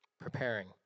preparing